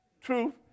truth